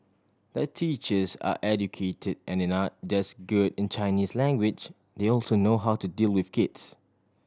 the teachers are educated and it not just good in Chinese language they also know how to deal with kids